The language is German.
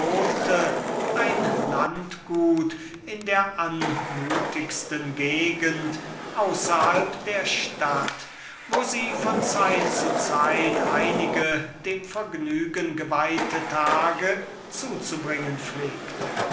ein landgut in der anmutigsten gegend außerhalb dieser stadt wo sie von zeit zu zeit einige dem vergnügen geweihte tage zuzubringen pflegte